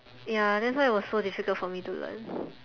ya that's why it was so difficult for me to learn